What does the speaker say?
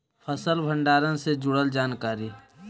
फसल भंडारन से जुड़ल जानकारी?